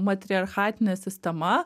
matriarchatinė sistema